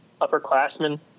upperclassmen